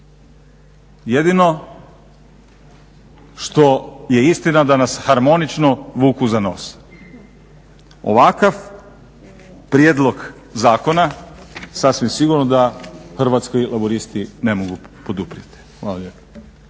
Jedino što je istina da nas harmonično vuku za nos. Ovakav prijedlog zakona sasvim sigurno da hrvatski laburisti ne mogu poduprijeti. Hvala lijepa.